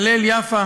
הלל יפה,